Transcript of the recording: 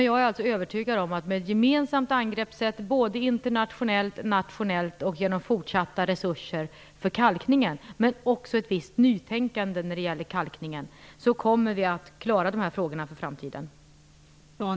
Jag är alltså övertygad om att med ett gemensamt angreppssätt internationellt och nationellt och genom en fortsatt satsning på resurser till kalkningen men också ett visst nytänkande när det gäller kalkningen, kommer vi att klara de här frågorna för framtiden.